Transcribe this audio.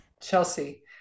Chelsea